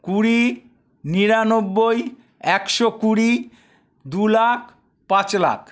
কুড়ি নিরানব্বই একশো কুড়ি দু লাখ পাঁচ লাখ